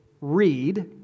read